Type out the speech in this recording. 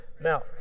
now